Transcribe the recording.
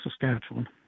Saskatchewan